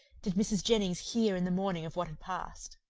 did mrs. jennings hear in the morning of what had passed.